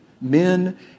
men